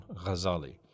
Ghazali